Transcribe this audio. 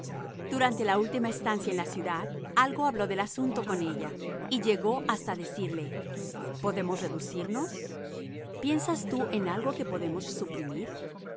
durante la última estancia en la ciudad algo habló del asunto con ella y llegó hasta decirle podemos reducirnos piensas tú en algo que podamos suprimir